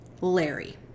Larry